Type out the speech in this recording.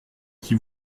qui